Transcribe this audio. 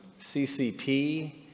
CCP